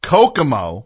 Kokomo